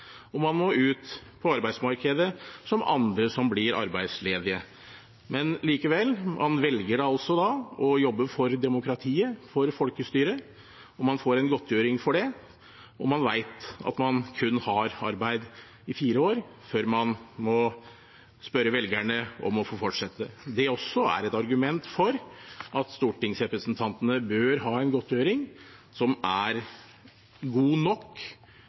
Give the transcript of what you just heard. og man må ut på arbeidsmarkedet som andre som blir arbeidsledige. Men likevel velger man å jobbe for demokratiet, for folkestyret. Man får en godtgjøring for det, og man vet at man har arbeid i kun fire år før man må spørre velgerne om å få fortsette. Det også er et argument for at stortingsrepresentantene bør ha en godtgjøring som er god nok